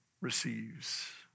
receives